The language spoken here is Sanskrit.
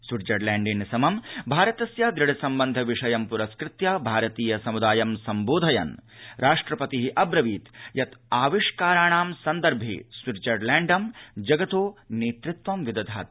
स्विटजरलैण्डेन समं भारतस्य द्रढसम्बन्ध विषयं प्रस्कृत्य भारतीय समंदायं सम्बोधयन् राष्ट्रपतिः अब्रवीत् यत् आविष्काराणां सन्दर्भे स्विटजरलैण्डं जगतः नेतृत्वं विदधाति